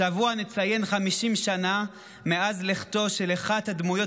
השבוע נציין 50 שנה מאז לכתה של אחת הדמויות